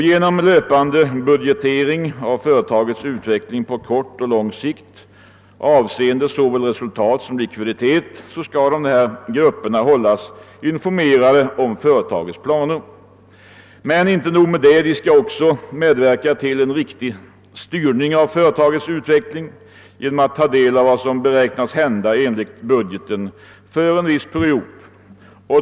Genom löpande budgetering av företagets utveckling på kort och lång sikt avseende såväl resultat som likviditet skall rådgivningsgrupperna hållas informerade om företagets planer. Men inte nog med det; de skall också medverka till en riktig styrning av företagets utveckling genom att ta del av vad som beräknas hända enligt budgeten för en viss period.